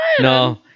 no